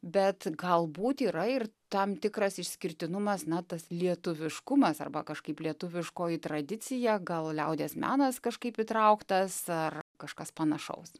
bet galbūt yra ir tam tikras išskirtinumas na tas lietuviškumas arba kažkaip lietuviškoji tradicija gal liaudies menas kažkaip įtrauktas ar kažkas panašaus